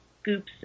scoops